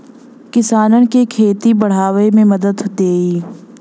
किसानन के खेती बड़ावे मे मदद देई